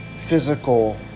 physical